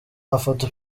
mafoto